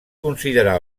considerar